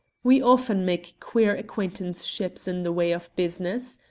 we often make queer acquaintanceships in the way of business.